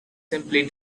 simply